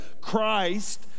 christ